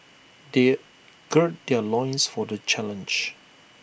they gird their loins for the challenge